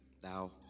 thou